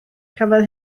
cafodd